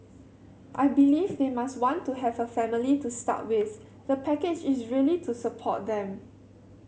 I believe they must want to have a family to start with the package is really to support them